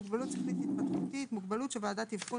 "מוגבלות שכלית-התפתחותית" - מוגבלות שוועדת אבחון